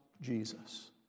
Jesus